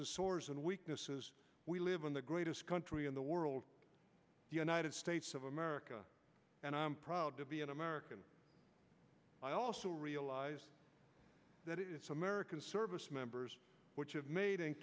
and sores and weaknesses we live in the greatest country in the world the united states of america and i'm proud to be an american i also realize that it's american service members which have made and